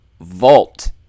vault